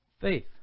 Faith